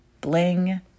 bling